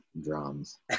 drums